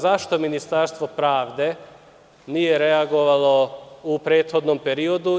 Zašto Ministarstvo pravde nije reagovalo u prethodnom periodu.